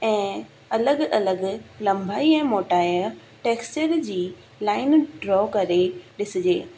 ऐं अलॻि अलॻि लंबाई ऐं मोटाई टैक्सिन जी लाइन ड्रॉ करे ॾिसिजे